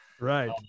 Right